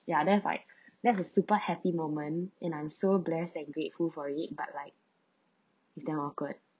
ya that's like that's a super happy moment and I'm so blessed and grateful for it but like it's damn awkward